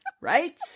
right